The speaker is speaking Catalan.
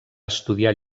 estudiar